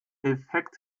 effekt